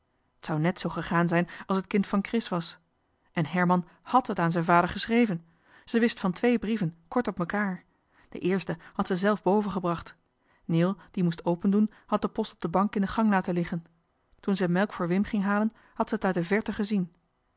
zou net zoo gegaan zijn als t kind van chris was en herman hàd aan z'en vader geschreven ze wist van twee brieven kort op mekaar den eersten had ze zelf boven gebracht neel die moest open doen had de post op de bank in de gang laten liggen toen zij melk voor wim ging halen had zij t uit de verte gezien